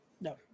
No